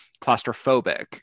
claustrophobic